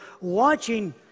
watching